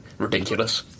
ridiculous